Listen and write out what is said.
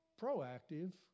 proactive